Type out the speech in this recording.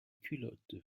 culotte